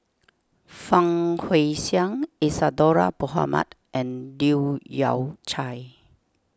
Fang Guixiang Isadhora Mohamed and Leu Yew Chye